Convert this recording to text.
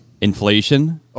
Inflation